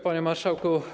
Panie Marszałku!